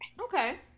okay